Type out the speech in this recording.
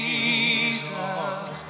Jesus